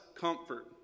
comfort